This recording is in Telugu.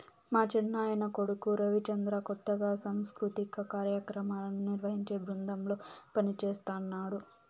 మా చిన్నాయన కొడుకు రవిచంద్ర కొత్తగా సాంస్కృతిక కార్యాక్రమాలను నిర్వహించే బృందంలో పనిజేస్తన్నడు